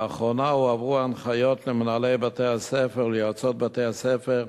לאחרונה הועברו הנחיות למנהלי בתי-הספר וליועצות בתי-הספר,